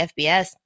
FBS